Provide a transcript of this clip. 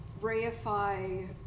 reify